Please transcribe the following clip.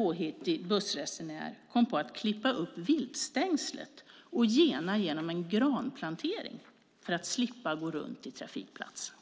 En påhittig bussresenär kom på att klippa upp viltstängslet och gena genom en granplantering för att slippa gå runt på trafikplatsen.